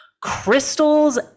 crystals